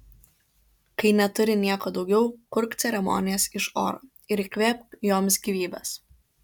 kai neturi nieko daugiau kurk ceremonijas iš oro ir įkvėpk joms gyvybės